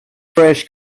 fresh